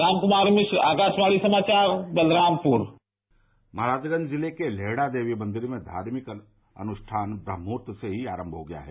रामकुमार मिश्र आकाशवाणी समाचार बलरामपुर महराजगंज जिले के लेहड़ा देवी मंदिर में धार्मिक अनुष्ठान ब्रम्हमुहूर्त से ही आरम्म हो गया है